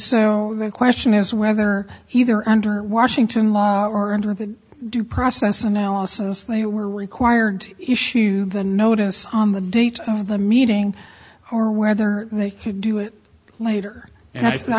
so the question is whether either under washington law or under the due process analysis they were required to issue the notice on the date of the meeting or whether they could do it later